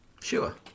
Sure